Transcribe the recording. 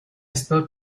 spilled